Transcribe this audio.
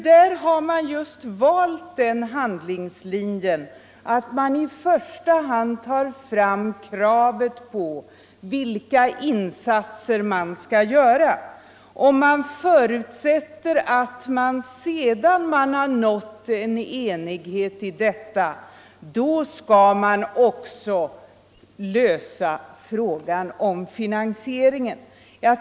Där valde man just den handlingslinjen att man i första hand förde fram kravet på vilka insatser som skall göras och förutsatte att sedan enighet nåtts om detta skall också frågan om finansieringen lösas.